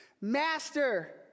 Master